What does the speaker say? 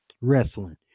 wrestling